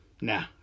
nah